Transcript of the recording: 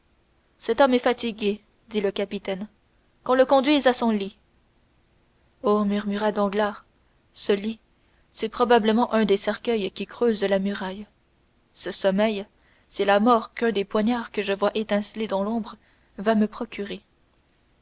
cet homme est fatigué dit le capitaine qu'on le conduise à son lit oh murmura danglars ce lit c'est probablement un des cercueils qui creusent la muraille ce sommeil c'est la mort qu'un des poignards que je vois étinceler dans l'ombre va me procurer